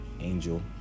angel